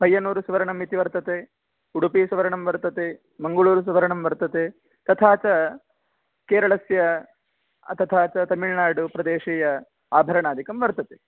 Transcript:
पैयनूरु सुवर्णमिति वर्तते उडुपि सुवर्णं वर्तते मङ्गळूरु सुवर्णं वर्तते तथा च केरळस्य तथा च तमिळुनाडु प्रदेशीय आभरणादिकं वर्तते